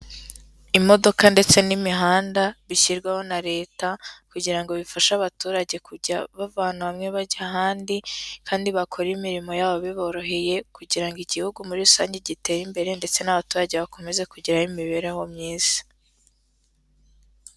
Imodoka ndetse n'imihanda bishyirwaho na leta kugira ngo bifashe abaturage kujya bava ahantu bamwe bajya ahandi, kandi bakore imirimo yabo biboroheye kugira ngo igihugu muri rusange gitere imbere ndetse n'abaturage bakomeze kugeraho imibereho myiza.